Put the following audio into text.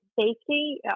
Safety